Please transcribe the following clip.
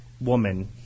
Woman